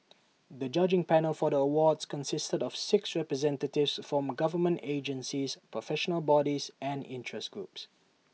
the judging panel for the awards consisted of six representatives from government agencies professional bodies and interest groups